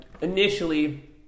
initially